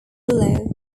below